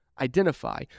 identify